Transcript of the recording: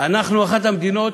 אנחנו אחת המדינות